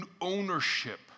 ownership